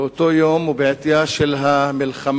באותו יום, ובעטיה של המלחמה,